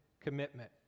commitment